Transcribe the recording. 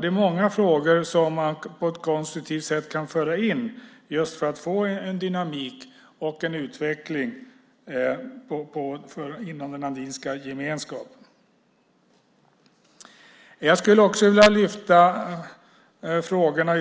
Det är många frågor som man på ett konstruktivt sätt kan föra in just för att få en dynamik och en utveckling inom Andinska gemenskapen. Jag skulle också vilja lyfta upp frågorna